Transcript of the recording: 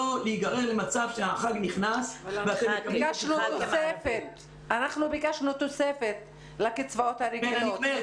להיגרר למצב שהחג נכנס --- אנחנו ביקשנו תוספת לקצבאות הרגילות.